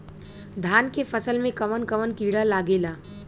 धान के फसल मे कवन कवन कीड़ा लागेला?